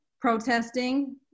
protesting